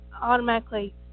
automatically